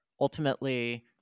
ultimately